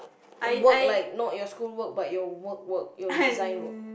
work like not your school work but your work work your design work